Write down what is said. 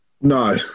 No